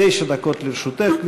תשע דקות לרשותך,